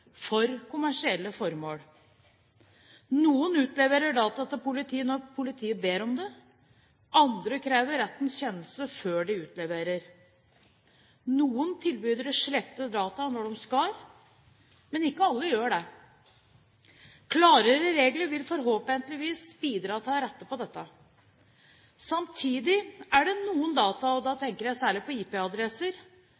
for kommersielle formål. Noen utleverer data til politiet når politiet ber om det. Andre krever rettens kjennelse før de utleverer. Noen tilbydere sletter data når de skal, men ikke alle gjør det. Klarere regler vil forhåpentligvis bidra til å rette på dette. Samtidig er det noen data, og da